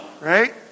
right